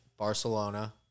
Barcelona